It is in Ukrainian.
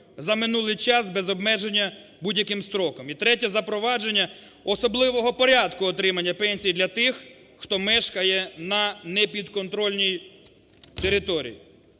за минулий час без обмеження будь-яким строком; і третє – запровадження особливого порядку отримання пенсій для тих, хто мешкає на непідконтрольній території.